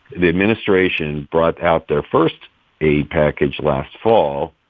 the administration brought out their first aid package last fall.